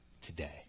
today